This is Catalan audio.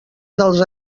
dels